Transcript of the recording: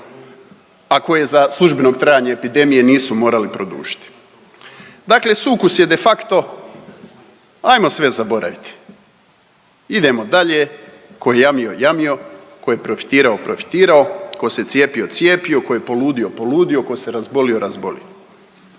a koje za službenog trajanja epidemije nisu morali produžiti. Dakle, sukus je de facto hajmo sve zaboraviti, idemo dalje tko je jamio, jamio, tko je profitirao, profitirao, tko se cijepio, cijepio, tko je poludio, poludio, tko se razbolio, razbolio.